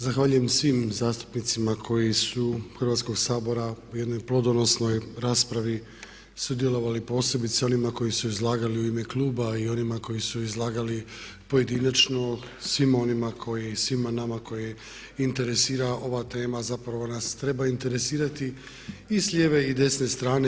Zahvaljujem svim zastupnicima koji su, Hrvatskog sabora u jednoj plodonosnoj raspravi sudjelovali posebice onima koji su izlagali u ime kluba i onima koji su izlagali pojedinačno, svima onima koji, svima nama koje interesira ova tema zapravo nas treba interesirati i s lijeve i desne strane.